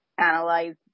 analyze